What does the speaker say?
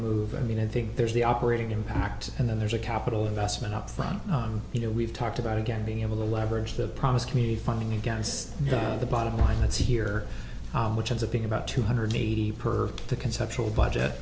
move i mean i think there's the operating impact and then there's a capital investment up front you know we've talked about again being able to leverage the promise community funding against the bottom lines here which ends up being about two hundred eighty per the conceptual budget